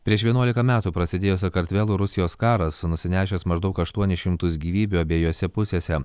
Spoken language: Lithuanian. prieš vienuolika metų prasidėjo sakartvelo rusijos karas nusinešęs maždaug aštuonis šimtus gyvybių abiejose pusėse